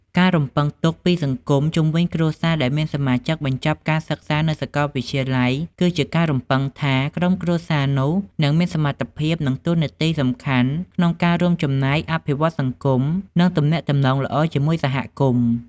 ការរំពឹងទុកពីសង្គមជុំវិញគ្រួសារដែលមានសមាជិកបញ្ចប់ការសិក្សានៅសាកលវិទ្យាល័យ គឺជាការរំពឹងថា ក្រុមគ្រួសារនោះនឹងមានសមត្ថភាព និងតួនាទីសំខាន់ក្នុងការរួមចំណែកអភិវឌ្ឍសង្គម និងទំនាក់ទំនងល្អជាមួយសហគមន៍។